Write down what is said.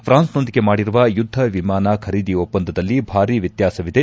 ಫ್ರಾನ್ಸ್ಸೊಂದಿಗೆ ಮಾಡಿರುವ ಯುದ್ದವಿಮಾನ ಖರೀದಿ ಒಪ್ಪಂದದಲ್ಲಿ ಭಾರಿ ವ್ಯತ್ಯಾಸವಿದೆ